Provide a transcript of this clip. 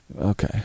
Okay